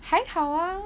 还好啊